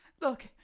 Look